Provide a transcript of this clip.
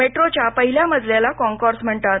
metro च्या पहिल्या मजल्याला कॉन्कोर्स म्हणतात